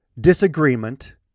Disagreement